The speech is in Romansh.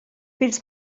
pils